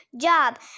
job